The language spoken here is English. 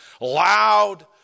loud